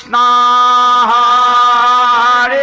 aa